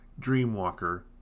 dreamwalker